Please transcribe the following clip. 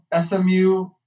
SMU